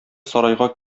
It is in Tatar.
сарайга